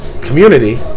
community